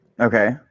Okay